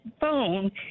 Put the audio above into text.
phone